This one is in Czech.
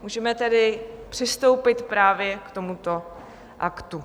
Můžeme tedy přistoupit právě k tomuto aktu.